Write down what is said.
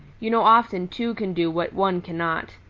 you know often two can do what one cannot.